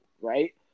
right